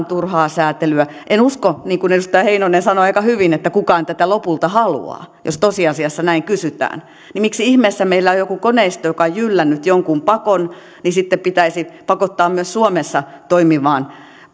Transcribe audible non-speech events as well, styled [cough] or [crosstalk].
[unintelligible] turhaa säätelyä en usko niin kuin edustaja heinonen sanoi aika hyvin että kukaan tätä lopulta haluaa jos tosiasiassa näin kysytään miksi ihmeessä jos meillä on joku koneisto joka on jyllännyt jonkun pakon sitten pitäisi pakottaa myös suomessa toimimaan